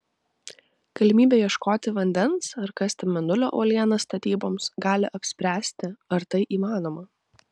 galimybė ieškoti vandens ar kasti mėnulio uolienas statyboms gali apspręsti ar tai įmanoma